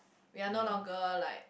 we are no longer like